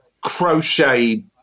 crochet